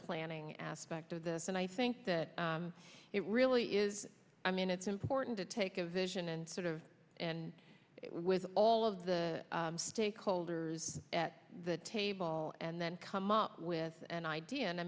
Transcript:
planning aspect of this and i think that it really is i mean it's important to take a vision and sort of and with all of the stakeholders at the table and then come up with an idea and i